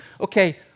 okay